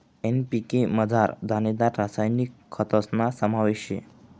NPK मझार दानेदार रासायनिक खतस्ना समावेश शे